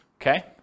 okay